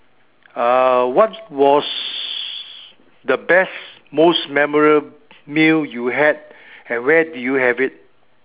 uh what was the best most memorable meal you had and where did you have it